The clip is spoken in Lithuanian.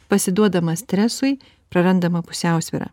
pasiduodama stresui prarandama pusiausvyra